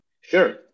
Sure